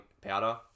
powder